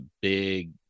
big